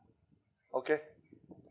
okay